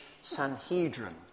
Sanhedrin